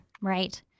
Right